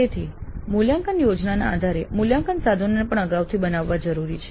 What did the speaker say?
તેથી મૂલ્યાંકન યોજનાના આધારે મૂલ્યાંકન સાધનોને પણ અગાઉથી બનાવવા જરૂરી છે